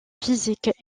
physique